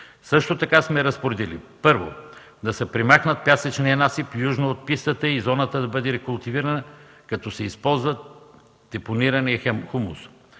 Също така сме разпоредили: Първо, да се премахне пясъчният насип южно от пистата и зоната да бъде рекултивирана като се използва депонираният хумус.